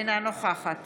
אינה נוכחת